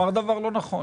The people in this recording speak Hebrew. הוא אמר דבר לא נכון.